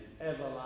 everlasting